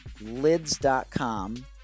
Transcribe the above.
lids.com